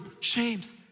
James